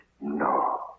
No